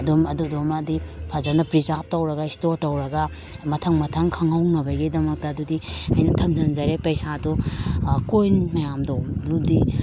ꯑꯗꯨꯝ ꯑꯗꯨꯗꯨꯃꯗꯤ ꯐꯖꯅ ꯄ꯭ꯔꯤꯖꯥꯕ ꯇꯧꯔꯒ ꯁ꯭ꯇꯣꯔ ꯇꯧꯔꯒ ꯃꯊꯪ ꯃꯊꯪ ꯈꯪꯍꯧꯅꯕꯒꯤꯗꯃꯛꯇ ꯑꯗꯨꯗꯤ ꯑꯩꯅ ꯊꯝꯖꯟꯖꯔꯦ ꯄꯩꯁꯥꯗꯣ ꯀꯣꯏꯟ ꯃꯌꯥꯝꯗꯣ ꯑꯗꯨꯗꯤ